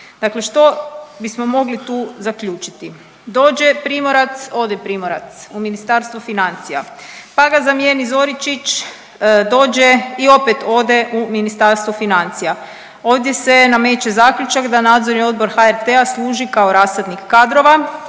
Dakle, što bismo mogli tu zaključiti? Dođe Primorac, ode Primorac u Ministarstvo financija, pa ga zamijeni Zoričić, dođe i opet ode u Ministarstvo financija. Ovdje se nameće zaključak da Nadzorni odbor HRT-a služi kao rasadnik kadrova